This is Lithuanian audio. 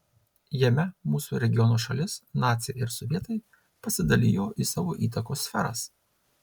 jame mūsų regiono šalis naciai ir sovietai pasidalijo į savo įtakos sferas